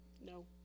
no